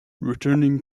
returning